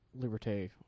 Liberté